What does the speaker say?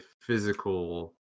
physical